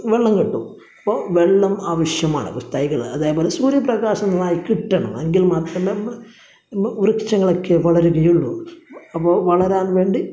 വെള്ളം കിട്ടും അപ്പോൾ വെള്ളം ആവശ്യമാണ് തൈകള് അതേ പോലെ സൂര്യപ്രകാശം നന്നായി കിട്ടണം എങ്കില് മാത്രമേ വൃക്ഷങ്ങള് ഒക്കെ വളരുകയുള്ളൂ അപ്പോൾ വളരാന് വേണ്ടി